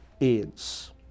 AIDS